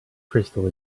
crystal